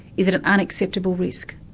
is it an unacceptable risk?